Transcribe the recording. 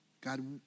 God